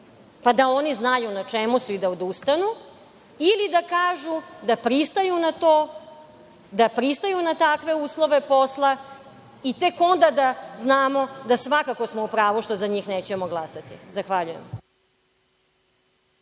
pa da oni znaju na čemu su i da odustanu, ili da kažu da pristaju na to, da pristaju na takve uslove posla i tek onda da znamo da smo svakako u pravu što za njih nećemo glasati. Zahvaljujem.